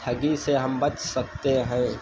ठगी से हम बच सकते हैं